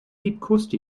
liebkoste